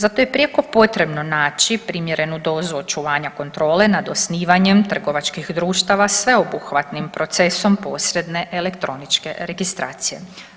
Zato je prijeko potrebno naći primjerenu dozu očuvanja kontrole nad osnivanjem trgovačkih društava sveobuhvatnim procesom posredne elektroničke registracije.